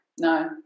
No